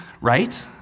right